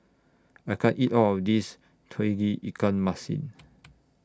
I can't eat All of This Tauge Ikan Masin